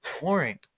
boring